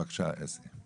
בבקשה, אסי.